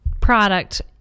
product